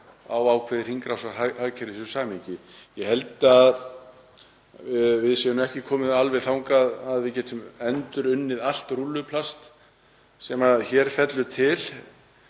á ákveðið hringrásarhagkerfi í þessu samhengi. Ég held að við séum ekki komin alveg þangað að við getum endurunnið allt rúlluplast sem hér fellur til